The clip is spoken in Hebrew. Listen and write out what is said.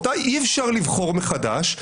אותה אי אפשר לבחור מחדש,